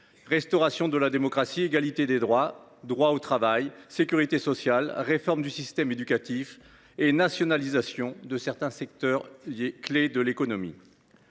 restauration de la démocratie, égalité des droits, droit au travail, sécurité sociale, réforme du système éducatif et nationalisation de certains secteurs clés de l’économie.